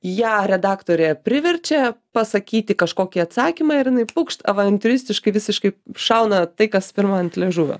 ją redaktorė priverčia pasakyti kažkokį atsakymą ir jinai pukšt avantiūristiškai visiškai šauna tai kas pirma ant liežuvio